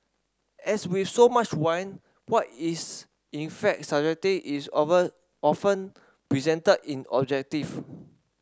as with so much in wine what is in fact is over often presented in objective